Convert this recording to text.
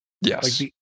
Yes